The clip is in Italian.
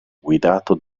guidato